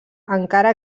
encara